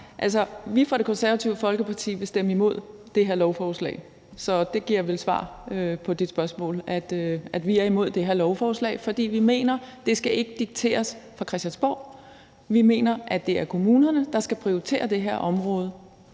klart. Vi fra Det Konservative Folkeparti vil stemme imod det her lovforslag. Så det er vel svar på det spørgsmål. Vi er imod det her lovforslag, fordi vi mener, at det ikke skal dikteres fra Christiansborg. Vi mener, at det er kommunerne, der skal prioritere det her område